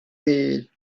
read